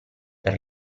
per